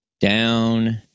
down